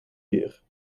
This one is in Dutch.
uur